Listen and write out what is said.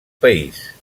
país